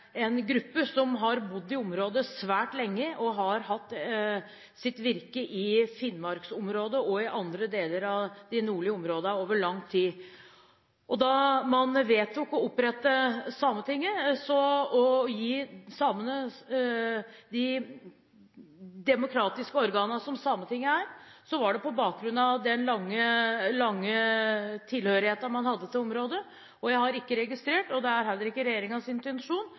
gruppe som har bodd i området svært lenge og hatt sitt virke i finnmarksområdet og i andre deler av de nordlige områdene over lang tid. Da man vedtok å opprette Sametinget og gi samene det demokratiske organet som Sametinget er, var det på bakgrunn av den lange tilhørigheten de hadde til området. Jeg har ikke til intensjon – og det er heller ikke regjeringens intensjon